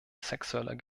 sexueller